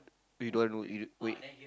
you don't want to no you wait